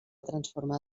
transformar